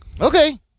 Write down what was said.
Okay